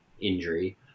injury